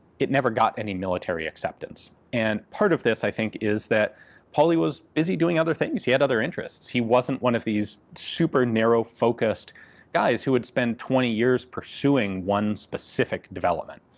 it never got any military acceptance. and part of this i think is that pauly was busy doing other things, he had other interests. he wasn't one of these super-narrow, focused guys who would spend twenty years pursuing one specific development.